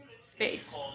space